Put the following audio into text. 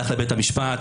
הלך לבית המשפט,